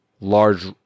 large